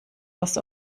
was